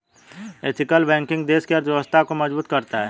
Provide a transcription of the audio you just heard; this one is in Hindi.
एथिकल बैंकिंग देश की अर्थव्यवस्था को मजबूत करता है